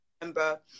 remember